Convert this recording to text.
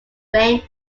famed